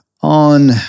on